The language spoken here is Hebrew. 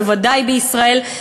בוודאי בישראל.